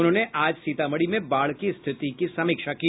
उन्होंने आज सीतामढ़ी में बाढ़ की स्थिति की समीक्षा की